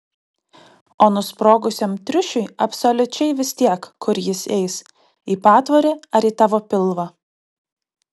o nusprogusiam triušiui absoliučiai vis tiek kur jis eis į patvorį ar į tavo pilvą